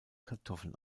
kartoffeln